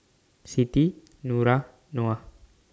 Siti Nura Noah